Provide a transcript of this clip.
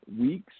weeks